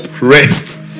rest